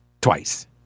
twice